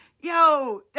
yo